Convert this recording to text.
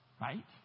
Right